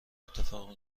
اتفاق